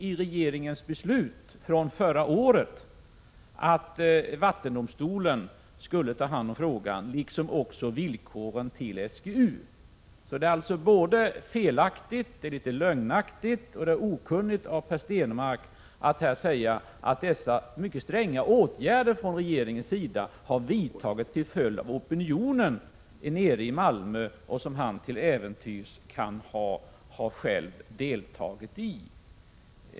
I regeringens beslut från förra året ingick, att vattendomstolen skulle ta hand om frågan, liksom också villkoret att SGU skulle bevaka täktverksamheten. Det är alltså både felaktigt, litet lögnaktigt och okunnigt av Per Stenmarck att här säga att dessa mycket stränga åtgärder från regeringens sida har vidtagits till följd av opinionen nere i Malmö, en opinion som han till äventyrs själv kan ha deltagit i.